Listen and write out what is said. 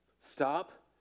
Stop